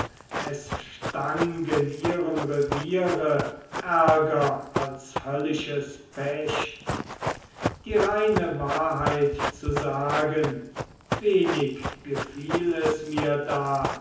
es stank in ihrem reviere ärger als höllisches pech die reine wahrheit zu sagen wenig gefiel es mir da